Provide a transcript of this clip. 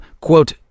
quote